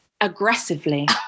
aggressively